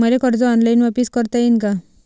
मले कर्ज ऑनलाईन वापिस करता येईन का?